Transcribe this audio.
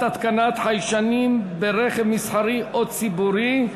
התקנת חיישנים ברכב מסחרי או ציבורי),